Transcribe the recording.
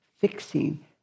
fixing